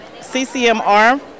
CCMR